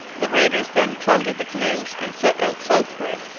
the raiders then plundered the canoes and set out southward,